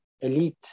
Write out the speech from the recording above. elite